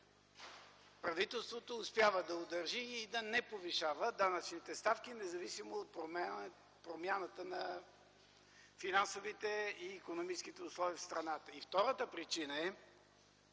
Правителството успява да удържи много трудна ситуация и да не повишава данъчните ставки, независимо от промяната на финансовите и икономическите условия в страната. Втората причина, е,